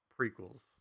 prequels